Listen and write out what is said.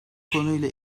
konuyla